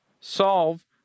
solve